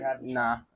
Nah